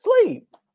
sleep